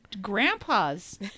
Grandpa's